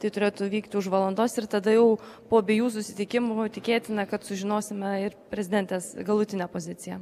tai turėtų vykti už valandos ir tada jau po abiejų susitikimų tikėtina kad sužinosime ir prezidentės galutinę poziciją